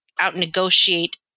out-negotiate